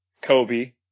Kobe